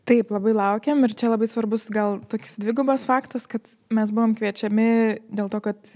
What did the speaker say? taip labai laukiam ir čia labai svarbus gal toks dvigubas faktas kad mes buvom kviečiami dėl to kad